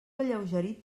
alleugerit